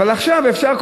אבל עכשיו אפשר,